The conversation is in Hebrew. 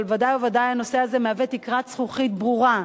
אבל ודאי וודאי הנושא הזה מהווה תקרת זכוכית ברורה לנשים,